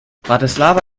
bratislava